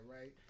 right